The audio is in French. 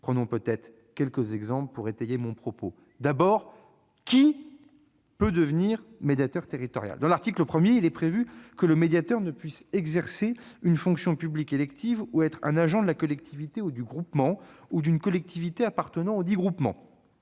en donner quelques exemples. Tout d'abord, qui peut devenir médiateur territorial ? À l'article 1, il est prévu que le médiateur ne puisse exercer une fonction publique élective ou être un agent de la collectivité ou du groupement, ou d'une collectivité appartenant audit groupement.